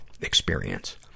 experience